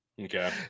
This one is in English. Okay